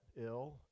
ill